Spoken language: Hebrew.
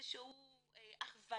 איזו שהיא הכוונה